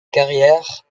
carrière